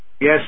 Yes